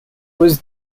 was